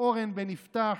אורן בן יפתח,